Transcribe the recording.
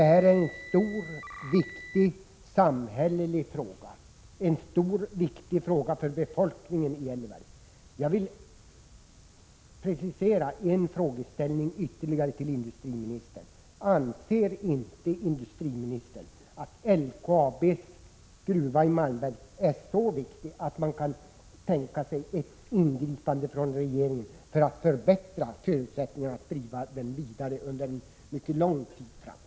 Men detta är en stor och viktig samhällelig fråga, en stor och viktig fråga för befolkningen i Gällivare. Jag vill ställa ytterligare en fråga till industriministern: Anser inte industriministern att LKAB:s gruva i Malmberget är så viktig att han kan tänka sig ett ingripande från regeringen för att förbättra förutsättningarna att driva den vidare under en mycket lång tid framöver?